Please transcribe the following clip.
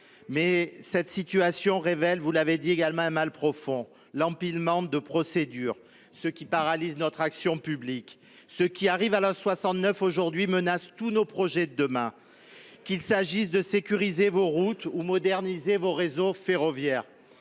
Mais cette situation révèle, vous l’avez dit également, un mal profond, l’empilement des procédures, qui paralyse notre action publique. Ce qui arrive à l’A69 aujourd’hui menace tous nos projets de demain, qu’il s’agisse de sécuriser vos routes ou de moderniser vos réseaux ferroviaires.